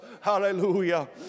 Hallelujah